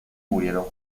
murieron